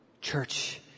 Church